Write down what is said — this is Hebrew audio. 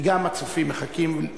כי גם הצופים מחכים.